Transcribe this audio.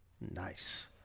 Nice